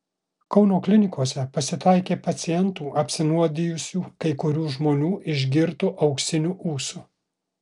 kauno klinikose pasitaikė pacientų apsinuodijusių kai kurių žmonių išgirtu auksiniu ūsu